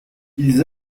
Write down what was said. ils